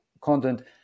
content